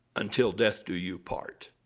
until death do you part.